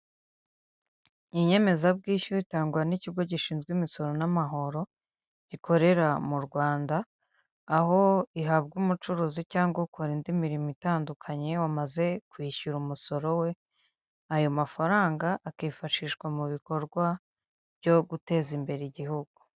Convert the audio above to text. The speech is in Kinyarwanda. Inyemezabwishyu itangwa n'ikigo gishinzwe imisoro n'amahoro gikorera mu Rwanda, aho ihabwa umucuruzi cyangwa ukora indi mirimo itandukanye wamaze kwishyura umusoro we, ayo mafaranga akifashishwa mu bikorwa byo guteza imbere igihugu.